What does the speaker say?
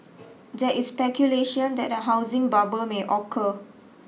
there is speculation that a housing bubble may occur